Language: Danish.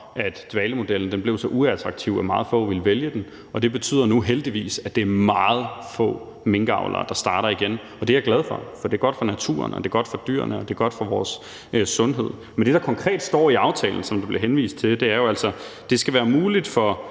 at dvalemodellen blev så uattraktiv, at meget få ville vælge den. Det betyder heldigvis nu, at det er meget få minkavlere, der starter igen, og det er jeg glad for, for det er godt for naturen, det er godt for dyrene, og det er godt for vores sundhed. Men det, der konkret står i aftalen, som der bliver henvist til, er jo altså: »Det skal være muligt for